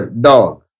dog